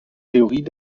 theorie